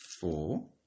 four